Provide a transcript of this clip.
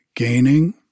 gaining